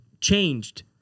changed